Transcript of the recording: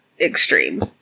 extreme